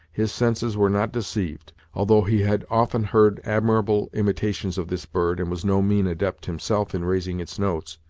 his senses were not deceived. although he had often heard admirable imitations of this bird, and was no mean adept himself in raising its notes,